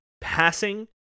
passing